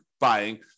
buying